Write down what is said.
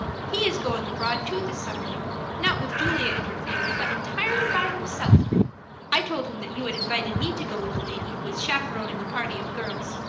he is going abroad too this summer not with julia and her family, but entirely by himself i told him that you had invited me to go with a lady who is chaperoning a party of girls.